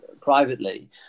privately